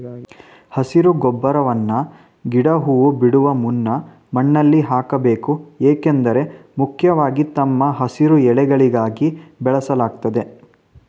ಹಸಿರು ಗೊಬ್ಬರವನ್ನ ಗಿಡ ಹೂ ಬಿಡುವ ಮುನ್ನ ಮಣ್ಣಲ್ಲಿ ಹಾಕ್ಬೇಕು ಏಕೆಂದ್ರೆ ಮುಖ್ಯವಾಗಿ ತಮ್ಮ ಹಸಿರು ಎಲೆಗಳಿಗಾಗಿ ಬೆಳೆಸಲಾಗ್ತದೆ